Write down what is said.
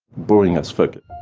boring as fuck.